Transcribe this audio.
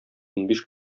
унбиш